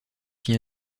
qui